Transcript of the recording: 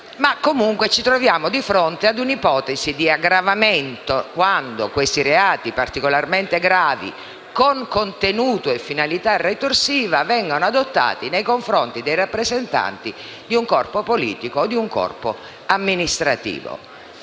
Comunque, ci troviamo di fronte ad un'ipotesi di aggravamento quando questi reati, particolarmente gravi, con contenuto e finalità ritorsiva vengono adottati nei confronti dei rappresentanti di un corpo politico o di un corpo amministrativo.